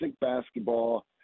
basketball